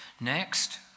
Next